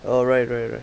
oh right right right